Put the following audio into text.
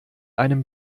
einem